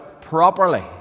properly